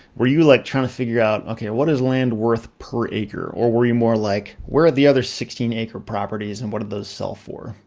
were you like trying to figure out, okay, what is land worth per acre? or were you more like, where are the other sixteen acre properties and what do they sell for?